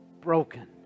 broken